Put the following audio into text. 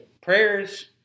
Prayers